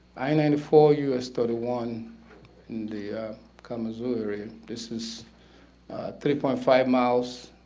i ninety four u s thirty one the kalamazoo area, this is three point five miles